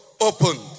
Opened